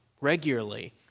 regularly